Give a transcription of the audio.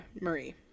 Marie